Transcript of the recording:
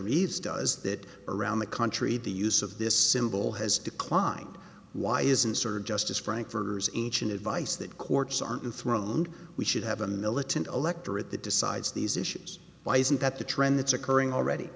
reeves does that around the country the use of this symbol has declined why isn't serge justice frankfurters each an advice that courts aren't thrown we should have a militant electorate that decides these issues why isn't that the trend that's occurring already